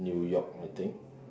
New-York I think